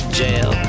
jail